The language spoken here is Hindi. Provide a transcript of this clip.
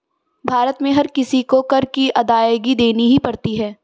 भारत में हर किसी को कर की अदायगी देनी ही पड़ती है